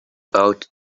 ought